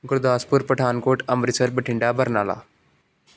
Gurdaspur Pathankot Amritsar Bathinda Barnala